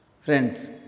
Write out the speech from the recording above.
Friends